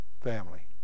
family